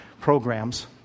programs